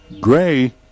Gray